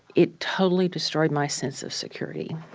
it totally destroyed my sense of security.